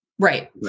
Right